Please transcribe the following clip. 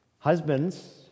Husbands